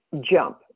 jump